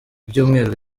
ibyumweru